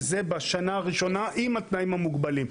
וזה בשנה הראשונה, עם התנאים המוגבלים.